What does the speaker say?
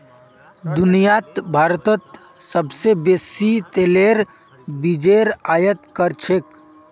दुनियात भारतत सोबसे बेसी तेलेर बीजेर आयत कर छेक